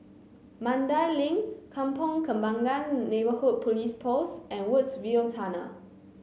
Mandai Link Kampong Kembangan Neighbourhood Police Post and Woodsville Tunnel